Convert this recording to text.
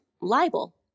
libel